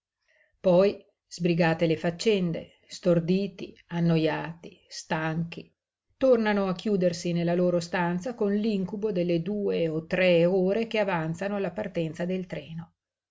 poi sbrigate le faccende storditi annojati stanchi tornano a chiudersi nella loro stanza con l'incubo delle due o tre ore che avanzano alla partenza del treno